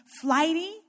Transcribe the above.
flighty